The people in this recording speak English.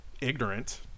ignorant